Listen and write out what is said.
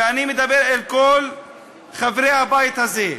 ואני מדבר אל כל חברי הבית הזה,